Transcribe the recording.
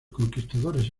conquistadores